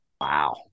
Wow